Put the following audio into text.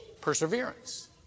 perseverance